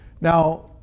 Now